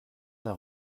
d’un